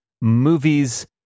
movies